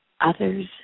others